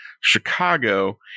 Chicago